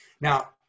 Now